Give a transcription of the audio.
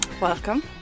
Welcome